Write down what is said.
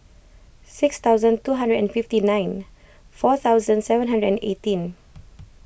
six thousand two hundred and fifty nine four thousand seven hundred and eighteen